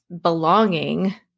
belonging